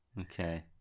Okay